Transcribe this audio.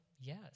yes